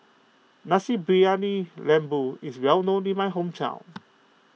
Nasi Briyani Lembu is well known in my hometown